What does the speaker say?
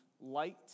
light